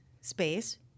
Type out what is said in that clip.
space